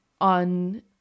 on